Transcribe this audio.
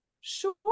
sure